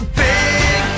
big